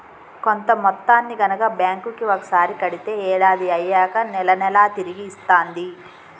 కొంత మొత్తాన్ని గనక బ్యాంక్ కి ఒకసారి కడితే ఏడాది అయ్యాక నెల నెలా తిరిగి ఇస్తాంది